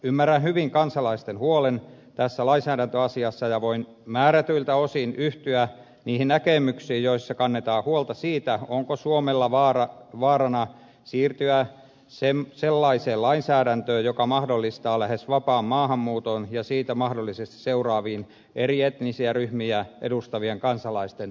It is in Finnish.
ymmärrän hyvin kansalaisten huolen tässä lainsäädäntöasiassa ja voin määrätyiltä osin yhtyä niihin näkemyksiin joissa kannetaan huolta siitä onko suomella vaarana siirtyä sellaiseen lainsäädäntöön joka mahdollistaa lähes vapaan maahanmuuton ja siitä mahdollisesti seuraavan eri etnisiä ryhmiä edustavien kansalaisten vastakkainasettelun